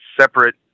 separate